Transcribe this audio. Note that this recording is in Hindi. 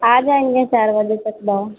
आ जाएँगे चार बजे तक बहूँ